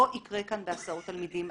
לא יקרה כאן בהסעות תלמידים.